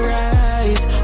rise